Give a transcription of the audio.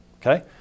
Okay